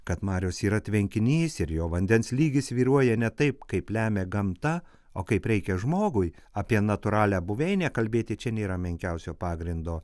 kad marios yra tvenkinys ir jo vandens lygis svyruoja ne taip kaip lemia gamta o kaip reikia žmogui apie natūralią buveinę kalbėti čia nėra menkiausio pagrindo